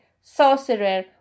sorcerer